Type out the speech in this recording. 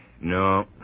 No